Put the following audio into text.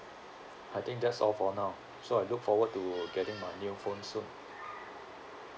I think that's all for now so I look forward to getting my new phone soon